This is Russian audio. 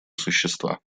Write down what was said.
существа